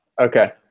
Okay